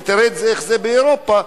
ותראה איך זה באירופה,